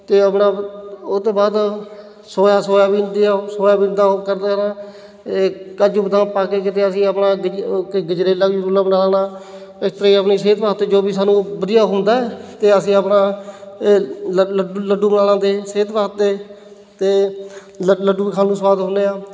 ਅਤੇ ਆਪਣਾ ਉਹ ਤੋਂ ਬਾਅਦ ਸੋਇਆ ਸੋਇਆਬੀਨ ਦੀਆਂ ਸੋਇਆਬੀਨ ਦਾ ਉਹ ਕਰ ਲੈਣਾ ਇਹ ਕਾਜੂ ਬਦਾਮ ਪਾ ਕੇ ਕਦੇ ਅਸੀਂ ਆਪਣਾ ਗਜਰੇਲਾ ਵੀ ਆਪਣਾ ਬਣਾ ਲੈਣਾ ਇਸ ਤਰ੍ਹਾਂ ਹੀ ਆਪਣੀ ਸਿਹਤ ਵਾਸਤੇ ਜੋ ਵੀ ਸਾਨੂੰ ਵਧੀਆ ਹੁੰਦਾ ਅਤੇ ਅਸੀਂ ਆਪਣਾ ਲ ਲੱਡੂ ਲੱਡੂ ਬਣਾ ਲੈਂਦੇ ਸਿਹਤ ਵਾਸਤੇ ਅਤੇ ਲ ਲੱਡੂ ਵੀ ਖਾਣ ਨੂੰ ਸਵਾਦ ਹੁੰਦੇ ਆ